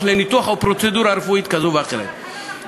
לניתוח או לפרוצדורה רפואית כזאת או אחרת.